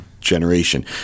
generation